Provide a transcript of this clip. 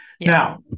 Now